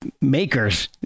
makers